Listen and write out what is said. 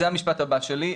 זה המשפט הבא שלי.